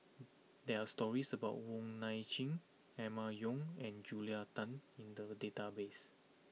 there are stories about Wong Nai Chin Emma Yong and Julia Tan in the database